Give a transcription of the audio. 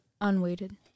unweighted